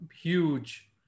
huge